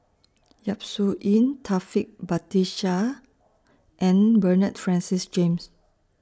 Yap Su Yin Taufik Batisah and Bernard Francis James